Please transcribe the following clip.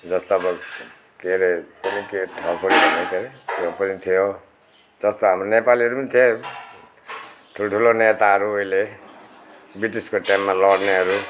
जस्तो अब के अरे कुनि के ठाउँको नाम के अरे ठाउँ पनि थियो जस्तो हाम्रो नेपालीहरू पनि थिए ठुल्ठुलो नेताहरू उहिले ब्रिटिसको टाइममा लड्नेहरू